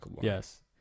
Yes